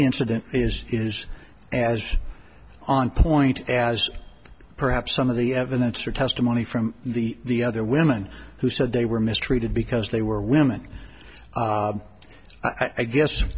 incident is is as on point as perhaps some of the evidence or testimony from the other women who said they were mistreated because they were women i guess